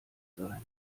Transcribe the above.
sein